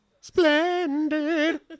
Splendid